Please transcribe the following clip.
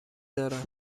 دارم